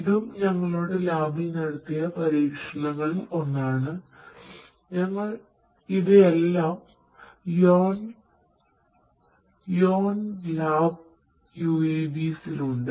ഇതും ഞങ്ങളുടെ ലാബിൽ നടത്തിയ പരീക്ഷണങ്ങളിൽ ഒന്നാണ് ഞങ്ങൾ ഇവയെല്ലാം Yowan lab UAVs ൽ ഉണ്ട്